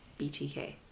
BTK